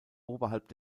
oberhalb